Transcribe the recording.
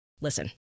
Listen